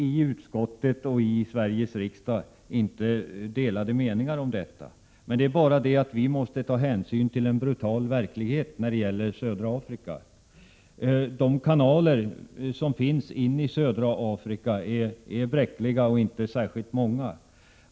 I utskottet och i Sveriges riksdag råder det inte delade meningar om detta, men hänsyn måste tas till en brutal verklighet i södra Afrika. Det går inte särskilt många kanaler in i landet, och de som finns är bräckliga.